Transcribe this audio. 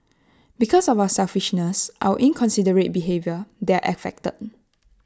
because of our selfishness our inconsiderate behaviour they're affected